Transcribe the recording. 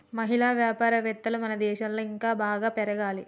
మహిళా వ్యాపారవేత్తలు మన దేశంలో ఇంకా బాగా పెరగాలి